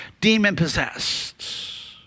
demon-possessed